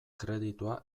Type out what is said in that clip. kreditua